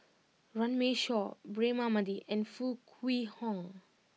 Runme Shaw Braema Mathi and Foo Kwee Horng